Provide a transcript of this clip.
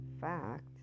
fact